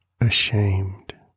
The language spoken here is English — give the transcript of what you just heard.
ashamed